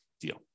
deal